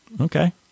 okay